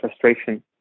frustration